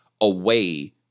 away